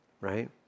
right